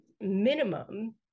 minimum